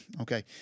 okay